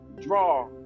draw